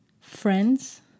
friends